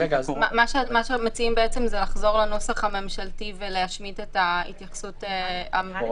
מה שמציעים הוא לחזור לנוסח הממשלתי ולהשמיט את ההתייחסות --- מיכל,